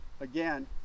again